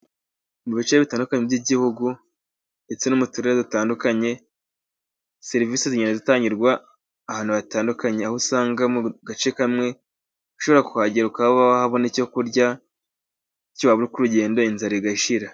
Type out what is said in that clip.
Mu bice bitandukanye by'igihugu ndetse no mu turere dutandukanye , serivisi zigenda zitangirwa ahantu hatandukanye, aho usanga mu gace kamwe ushobora kuhagera ukaba wahabona icyo kurya, bityo waba uri ku rugendo inzara igashira.